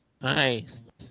Nice